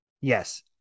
Yes